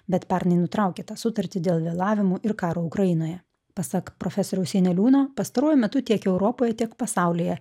bet pernai nutraukė tą sutartį dėl vėlavimų ir karo ukrainoje pasak profesoriaus janeliūno pastaruoju metu tiek europoje tiek pasaulyje